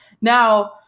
Now